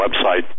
website